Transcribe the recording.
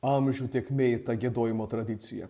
amžių tėkmėj ta giedojimo tradicija